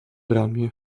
ramię